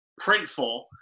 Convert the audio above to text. Printful